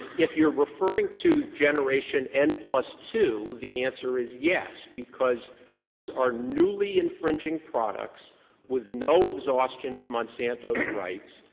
if you're referring to generation n plus two, the answer is yes, because those are newly infringing products with no exhaustion of monsanto's rights,